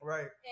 Right